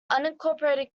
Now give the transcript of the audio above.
unincorporated